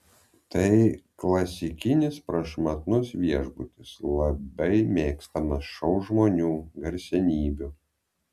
tai klasikinis prašmatnus viešbutis labai mėgstamas šou žmonių garsenybių